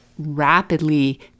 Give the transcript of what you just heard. rapidly